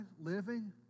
living